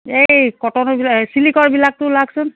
এই কটনৰ চিল্কৰবিলাক তুলাচোন